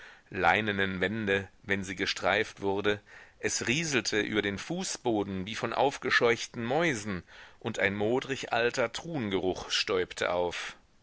leinenen wände wenn sie gestreift wurde es rieselte über den fußboden wie von aufgescheuchten mäusen und ein modriger alter truhen geruch stäubte auf